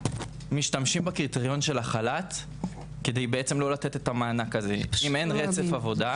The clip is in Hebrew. משתמשים בקריטריון של החל"ת כדי לא לתת את המענק הזה אם אין רצף עבודה.